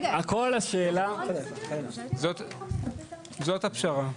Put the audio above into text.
הכל השאלה --- זאת הפשרה.